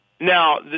Now